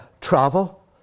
travel